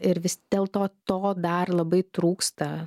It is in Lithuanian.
ir vis dėlto to dar labai trūksta